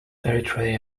eritrea